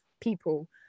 people